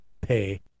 pay